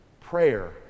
Prayer